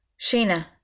Sheena